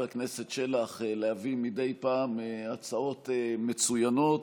הכנסת שלח להביא מדי פעם הצעות מצוינות.